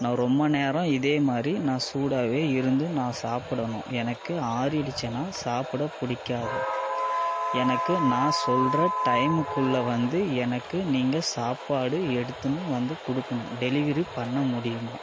நான் ரொம்ப நேரம் இதே மாதிரி நான் சூடாகவே இருந்து நான் சாப்பிடணும் எனக்கு ஆறிடுச்சின்னா சாப்பிட பிடிக்காது எனக்கு நான் சொல்கிற டைம்குள்ளே வந்து எனக்கு நீங்கள் சாப்பாடு எடுத்துன்னு வந்து கொடுக்குணும் டெலிவரி பண்ண முடியுமா